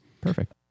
perfect